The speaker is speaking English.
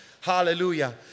Hallelujah